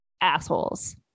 assholes